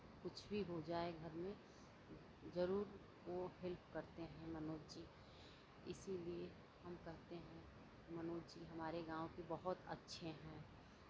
कुछ भी हो जाये घर में जरूर ओ हेल्प करते हैं मनोज जी इसीलिए हम कहते हैं मनोज जी हमारे गांव के बहुत अच्छे हैं